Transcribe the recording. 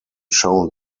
shown